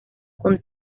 con